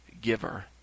giver